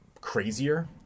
crazier